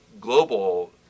global